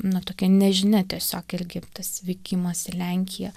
na tokia nežinia tiesiog irgi tas vykimas į lenkiją